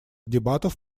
дебатов